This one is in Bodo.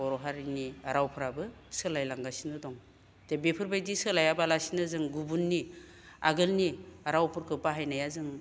बर' हारिनि रावफ्राबो सोलाय लांगासिनो दं दे बेफोरबायदि सोलायाबालासिनो जों गुबुननि आगोलनि रावफोरखौ बाहायनाया जों